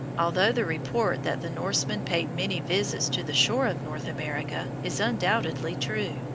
although the report that the norsemen paid many visits to the shore of north america is undoubtedly true.